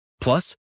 Plus